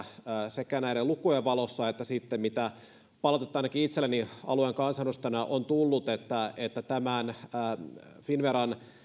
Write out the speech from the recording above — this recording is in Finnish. sekä näiden lukujen valossa että sen valossa mitä palautetta ainakin itselleni alueen kansanedustajana on tullut että että finnveran